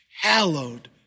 hallowed